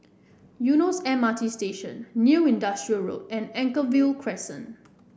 Eunos M R T Station New Industrial Road and Anchorvale Crescent